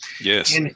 Yes